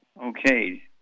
Okay